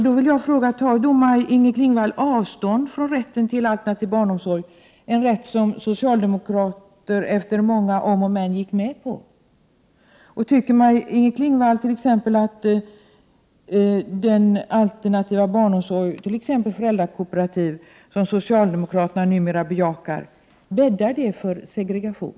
Då vill jag fråga: Tar Maj-Inger Klingvall avstånd från rätten till alternativ barnomsorg, en rätt som socialdemokraterna efter många om och men gått med på? Tycker Maj-Inger Klingvall att den alternativa barnomsorgen, t.ex. föräldrakooperativ, som socialdemokraterna numera bejakar, bäddar för segregation?